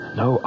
no